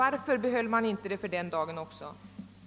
Varför ville man inte ha kvar förbudet också den dagen?